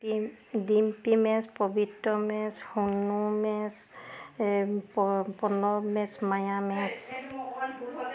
ডিম্পী মেছ পবিত্ৰ মেছ হনু মেছ পৰ্ণৱ মেছ মায়া মেছ